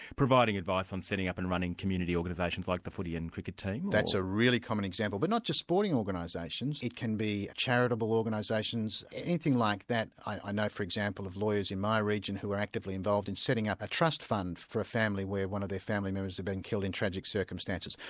providing advice on setting up and running community organisations like the footy and cricket team, or. that's a really common example. but not just sporting organisations, it can be charitable organisations, anything like that. i know for example of lawyers in my region who are actively involved in setting up a trust fund for a family where one of their family members had been killed in tragic circumstances.